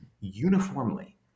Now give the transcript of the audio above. uniformly